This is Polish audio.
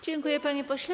Dziękuję, panie pośle.